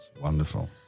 Wonderful